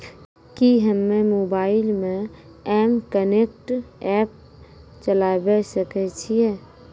कि हम्मे मोबाइल मे एम कनेक्ट एप्प चलाबय सकै छियै?